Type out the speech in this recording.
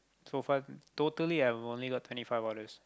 so far totally I've only got twenty five orders